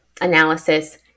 analysis